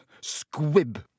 Squib